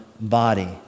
body